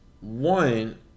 one